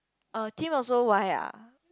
oh Tim also Y ah